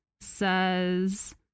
says